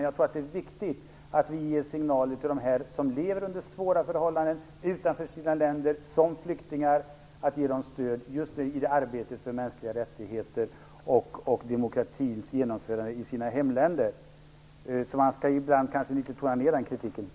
Jag tror att det just i arbetet för mänskliga rättigheter och demokratins genomförande i de här människornas hemländer är viktigt att vi ger stöd åt dem som lever som flyktingar utanför sina länder och som lever under svåra förhållanden. Man skall kanske ibland tona ner kritiken i det avseendet.